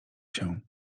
się